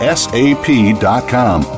sap.com